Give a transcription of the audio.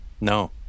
No